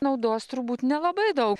naudos turbūt nelabai dau